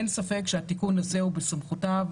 אין ספק שהתיקון הזה הוא בסמכותה,